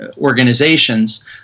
organizations